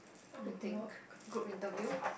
I think group interview